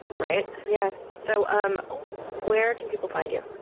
right? yes. so um where can people find you?